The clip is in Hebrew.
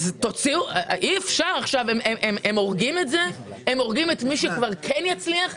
אז הם הורגים את מי שכבר כן הצליח.